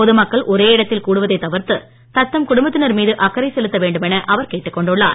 பொது மக்கள் ஒரே இடத்தில் கூடுவதை தவிர்த்து தத்தம் குடும்பத்தினர் மீது அக்கறை செலுத்த வேண்டுமென அவர் கேட்டுக் கொண்டுள்ளார்